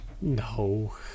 No